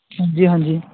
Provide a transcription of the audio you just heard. ਹਾਂਜੀ ਹਾਂਜੀ